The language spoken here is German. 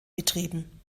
betrieben